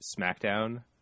SmackDown